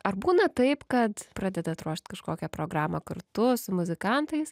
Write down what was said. ar būna taip kad pradedat ruošt kažkokią programą kartu su muzikantais